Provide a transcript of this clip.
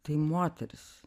tai moteris